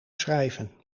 schrijven